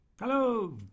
Hello